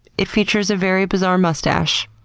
it features a very bizarre mustache.